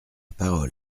parole